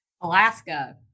Alaska